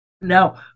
Now